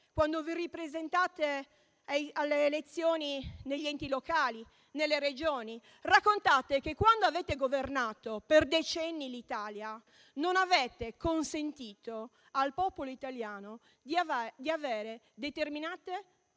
quando vi ripresentate alle elezioni negli enti locali, nelle Regioni. Raccontate che quando avete governato per decenni l'Italia non avete consentito al popolo italiano di avere determinate